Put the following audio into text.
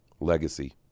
Legacy